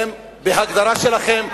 בהגדרה שלכם,